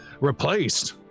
replaced